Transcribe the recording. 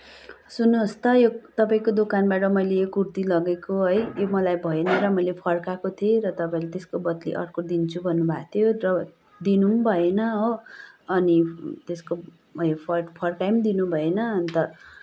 सुन्नुहोस् त यो तपाईँको दोकानबाट मैले यो कुर्ती लगेको है यो मलाई भएन र मैले यो फर्काएको थिएँ र तपाईँले त्यसको बद्ली अर्को दिन्छु भन्नुभएको थियो तर दिनु पनि भएन हो अनि त्यसको फर फर्काई पनि दिनुभएन अन्त